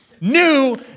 New